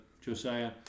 Josiah